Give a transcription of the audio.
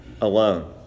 alone